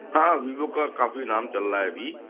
हाँ वीवो का काफ़ी नाम चल रहा है अभी